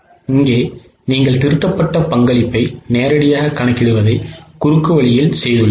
இங்கே நீங்கள் திருத்தப்பட்ட பங்களிப்பை நேரடியாக கணக்கிடுவதை குறுக்குவழியில் செய்துள்ளீர்கள்